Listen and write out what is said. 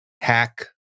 hack